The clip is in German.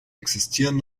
existieren